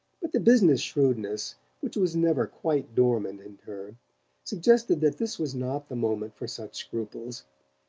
but the business shrewdness which was never quite dormant in her suggested that this was not the moment for such scruples.